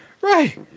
Right